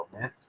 man